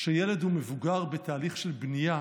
שילד הוא מבוגר בתהליך של בנייה